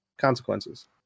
consequences